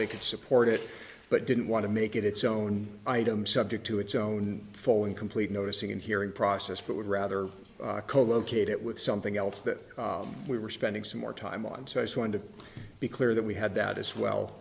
they could support it but didn't want to make it its own item subject to its own full and complete noticing and hearing process but would rather co located it with something else that we were spending some more time on so i just wanted to be clear that we had that as well